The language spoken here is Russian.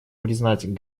признать